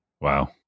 Wow